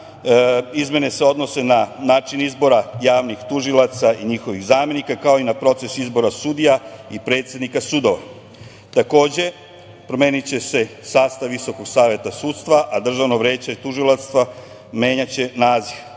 Izmene se odnose na način izbora javnih tužilaca i njihovih zamenika, kao i na proces izbora sudija i predsednika sudova. Takođe, promeniće se sastav Visokog saveta sudstva, a Državno veće tužilaca menja će naziv.